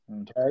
Okay